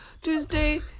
Tuesday